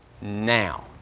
now